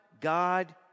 God